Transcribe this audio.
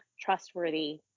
trustworthy